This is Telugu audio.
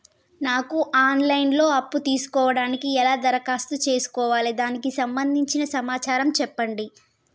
నాకు ఆన్ లైన్ లో అప్పు తీసుకోవడానికి ఎలా దరఖాస్తు చేసుకోవాలి దానికి సంబంధించిన సమాచారం చెప్పండి?